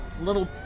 little